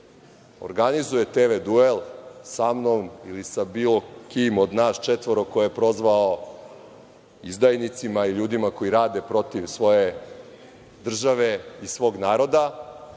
organizuje TV duel sa mnom ili sa bilo kim od nas četvoro koje je prozvao izdajnicima i ljudima koji rade protiv svoje države i svog naroda,